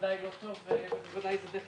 לא טוב ואם תראו את